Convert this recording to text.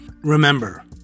Remember